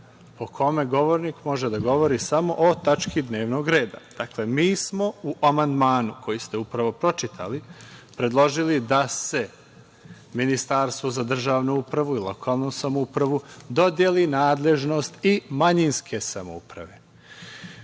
po kome govornik može da govori samo o tački dnevnog reda. Dakle, mi smo u amandmanu koji ste upravo pročitali predložili da se ministarstvu za državnu upravu i lokalnu samoupravu dodeli nadležnost i manjinske samouprave.